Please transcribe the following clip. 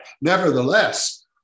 Nevertheless